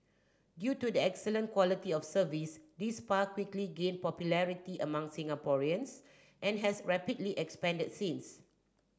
due to the excellent quality of service this spa quickly gained popularity among Singaporeans and has rapidly expanded since